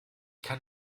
kann